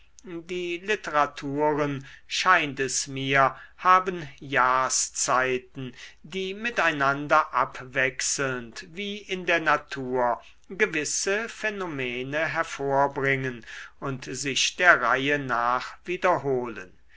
die literaturen scheint es mir haben jahrszeiten die miteinander abwechselnd wie in der natur gewisse phänomene hervorbringen und sich der reihe nach wiederholen